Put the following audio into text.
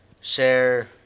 share